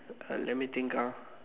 uh let me think ah